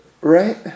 right